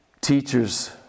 teachers